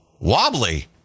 wobbly